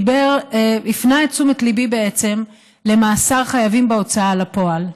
הפנה את תשומת ליבי בעצם למאסר חייבים בהוצאה לפועל.